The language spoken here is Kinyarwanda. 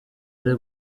ari